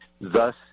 thus